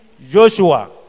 Joshua